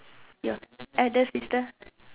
you other sister